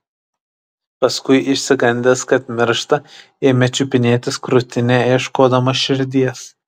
paskui išsigandęs kad miršta ėmė čiupinėtis krūtinę ieškodamas širdies